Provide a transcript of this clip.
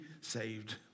saved